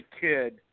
kid